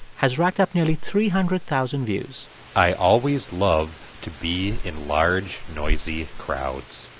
has racked up nearly three hundred thousand views i always love to be in large, noisy crowds.